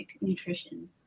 nutrition